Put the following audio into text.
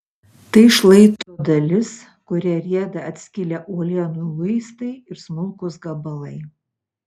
tai šlaito dalis kuria rieda atskilę uolienų luistai ir smulkūs gabalai